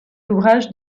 ouvrages